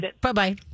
bye-bye